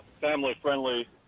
family-friendly